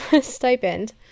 stipend